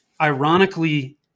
Ironically